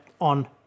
on